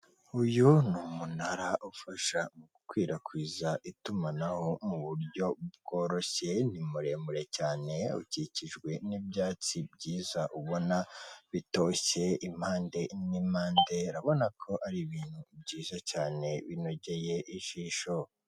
Uyu ni umunara ufasha mu gukwirakwiza itumanaho mu buryo bworoshye ni muremure cyane ukikijwe n'ibyatsi byiza ubona bitoshye, impande n'impande urabona ko ari ibintu byiza cyane binogeye ijisho.